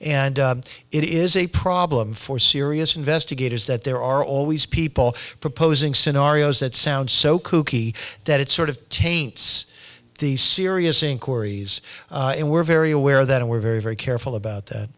and it is a problem for serious investigators that there are always people proposing scenarios that sound so kooky that it sort of taints the serious inquiries and we're very aware of that and were very very careful about that